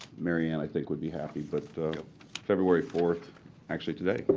mary ann i think would be happy. but february fourth actually today,